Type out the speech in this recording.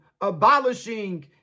abolishing